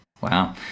Wow